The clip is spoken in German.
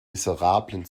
miserablen